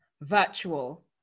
virtual